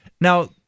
Now